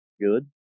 good